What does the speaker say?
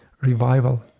revival